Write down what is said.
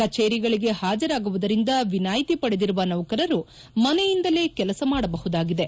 ಕಚೇರಿಗಳಿಗೆ ಹಾಜರಾಗುವುದರಿಂದ ವಿನಾಯಿತಿ ಪಡೆದಿರುವ ನೌಕರರು ಮನೆಯಿಂದಲೇ ಕೆಲಸ ಮಾಡಬಹುದಾಗಿದೆ